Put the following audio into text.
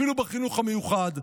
אפילו בחינוך המיוחד.